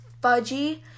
Fudgy